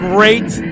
Great